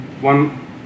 one